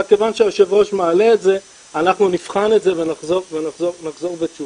אבל כיוון שהיושב ראש מעלה את זה אנחנו נבחן את זה ונחזור בתשובה,